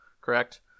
correct